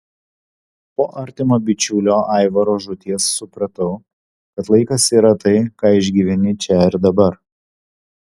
po artimo bičiulio aivaro žūties supratau kad laikas yra tai ką išgyveni čia ir dabar